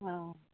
অ